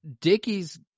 Dickie's